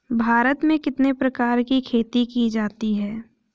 भारत में कितने प्रकार की खेती की जाती हैं?